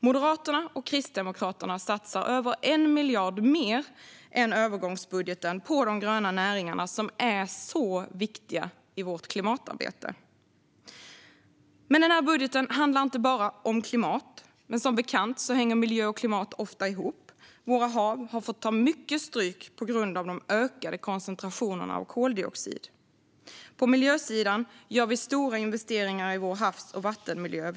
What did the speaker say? Moderaterna och Kristdemokraterna satsar över 1 miljard mer än vad som görs i övergångsbudgeten på de gröna näringarna, som är så viktiga i vårt klimatarbete. Denna budget handlar inte bara om klimat. Som bekant hänger dock miljö och klimat ofta ihop. Våra hav har fått ta stor stryk på grund av de ökade koncentrationerna av koldioxid. På miljösidan gör vi stora investeringar i havs och vattenmiljön.